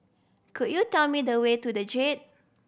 could you tell me the way to The Jade